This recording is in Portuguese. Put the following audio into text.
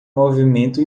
movimento